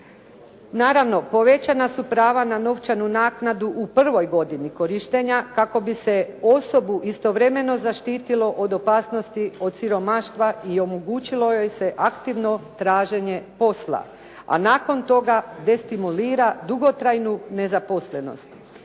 Naravno, povećana su prava na novčanu naknadu u prvoj godini korištenja kako bi se osobu istovremeno zaštitilo od opasnosti od siromaštva i omogućilo joj se aktivno traženje posla a nakon toga destimulira dugotrajnu nezaposlenost.